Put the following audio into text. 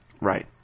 Right